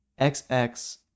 XX